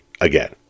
again